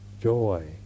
joy